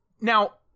Now